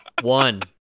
One